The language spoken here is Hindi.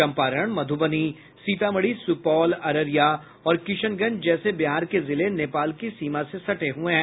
चंपारण मध्रबनी सीतामढ़ी सुपौल अररिया और किशनगंज जैसे बिहार के जिले नेपाल की सीमा से सटे हुए हैं